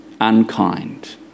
unkind